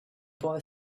boy